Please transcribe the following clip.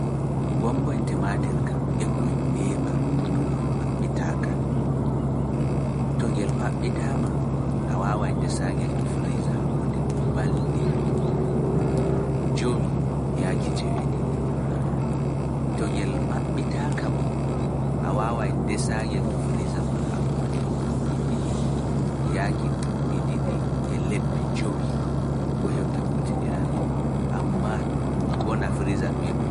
E wodi liyyi duddi, wodi parpasaw, pepatu, kurunngu, shark, likkoyn mbodehon e ko lutti